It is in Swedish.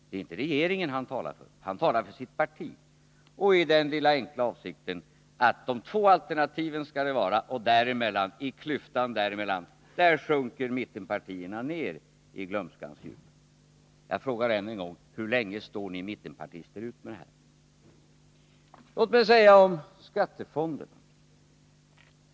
Det är inte regeringen han talar för — han talar för sitt parti, i den lilla enkla avsikten att det skall vara dessa två alternativ, och i klyftan däremellan sjunker mittenpartierna ner i glömskans djup. Jag frågar än en gång: Hur länge står ni mittenpartister ut med detta? Låt mig säga något om skattefonderna.